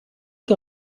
que